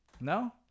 No